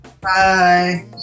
Bye